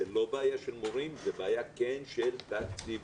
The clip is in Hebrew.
זה לא בעיה של מורים, זה בעיה כן של תקציבים.